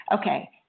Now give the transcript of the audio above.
Okay